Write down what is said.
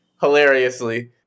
hilariously